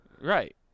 right